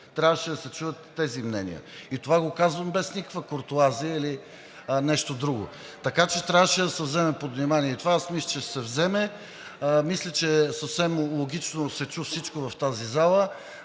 Трябваше да се чуят тези мнения. И това го казвам без никаква куртоазия или нещо друго, така че трябваше да се вземе под внимание това, а аз мисля, че ще се вземе. Мисля, че съвсем логично се чу всичко в тази зала